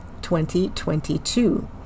2022